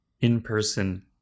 in-person